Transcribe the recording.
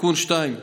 ועדכון 2,